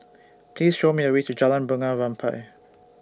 Please Show Me The Way to Jalan Bunga Rampai